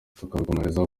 tuzakomeza